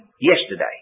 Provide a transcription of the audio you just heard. Yesterday